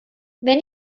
wenn